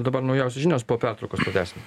dabar naujausios žinios po pertraukos pratęsim